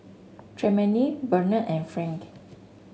Tremayne Bernard and Frank